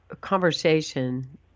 conversation